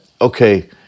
okay